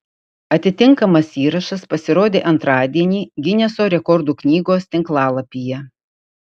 atitinkamas įrašas pasirodė antradienį gineso rekordų knygos tinklalapyje